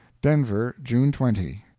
denver, june twenty.